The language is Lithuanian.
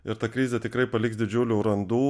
ir ta krizė tikrai paliks didžiulių randų